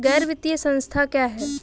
गैर वित्तीय संस्था क्या है?